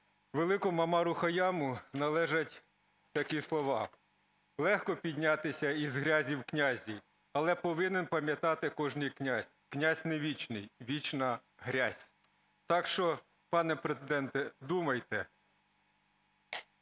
Великому Омару Хаяму належать такі слова: "Легко піднятися із грязі в князі, але повинен пам'ятати кожний князь: князь не вічний - вічна грязь". Так, що пане Президенте думайте.